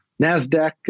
NASDAQ